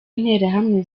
interahamwe